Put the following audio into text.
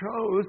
chose